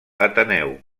ateneu